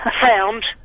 Found